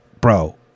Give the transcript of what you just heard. Bro